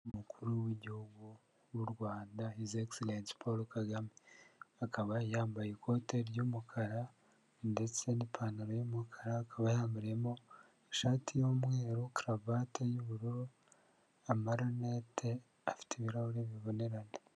Umukuru w'igihugu w'u Rwanda Hizi Egiserensi Paul Kagame, akaba yambaye ikote ry'umukara ndetse n'ipantaro y'umukara, akaba yambariyemo ishati y'umweru, karavate y'ubururu, amarinete afite ibirahuri bibonerana.